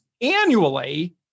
annually